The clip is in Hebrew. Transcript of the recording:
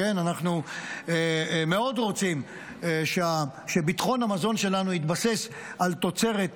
אנחנו רוצים מאוד שביטחון המזון שלנו יתבסס על תוצרת מקומית,